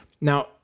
Now